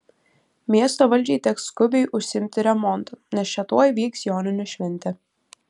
miesto valdžiai teks skubiai užsiimti remontu nes čia tuoj vyks joninių šventė